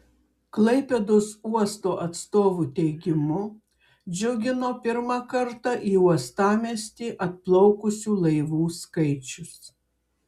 klaipėdos uosto atstovų teigimu džiugino pirmą kartą į uostamiestį atplaukusių laivų skaičius